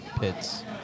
pits